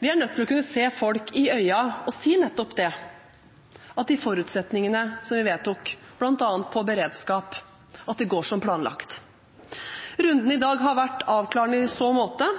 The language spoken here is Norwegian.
Vi er nødt til å kunne se folk i øynene og si nettopp det, at forutsetningene vi vedtok, bl.a. om beredskap, går som planlagt. Runden i dag har vært avklarende i så måte.